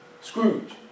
Scrooge